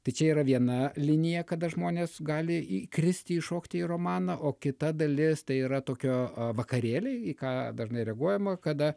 tai čia yra viena linija kada žmonės gali įkristi įšokti į romaną o kita dalis tai yra tokio vakarėliai į ką dažnai reaguojama kada